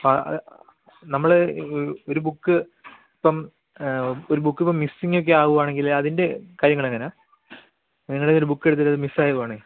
നമ്മൾ ഒരു ബുക്ക് ഇപ്പം ഒരു ബുക്ക് ഇപ്പോൾ മിസ്സിങ്ങ് ഒക്കെ ആവുവാണെങ്കിൽ അതിന്റെ കാര്യങ്ങൾ എങ്ങനെയാണ് നിങ്ങളുടെ ഒരു ബുക്ക് എടുത്തിട്ട് അത് മിസ്സ് ആകുവാണെങ്കിൽ